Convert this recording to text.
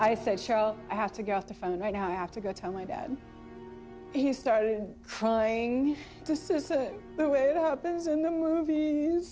i said shall i have to get off the phone right now i have to go tell my dad he started crying this isn't the way it happens in the movie